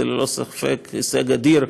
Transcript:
זה ללא ספק הישג אדיר: